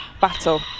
battle